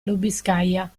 lubiskaja